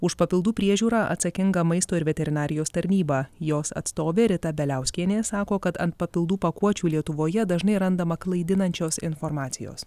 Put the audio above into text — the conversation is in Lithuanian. už papildų priežiūrą atsakinga maisto ir veterinarijos tarnyba jos atstovė rita beliauskienė sako kad ant papildų pakuočių lietuvoje dažnai randama klaidinančios informacijos